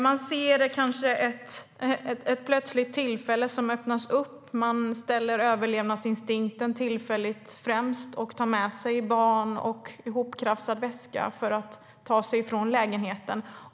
Plötsligt kanske ett tillfälle öppnar sig, och då ställer man överlevnadsinstinkten tillfälligt främst och tar med sig barn och en ihoprafsad väska och ger sig iväg från lägenheten.